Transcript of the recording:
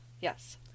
Yes